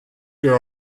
der